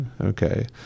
Okay